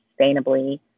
sustainably